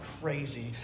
crazy